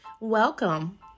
welcome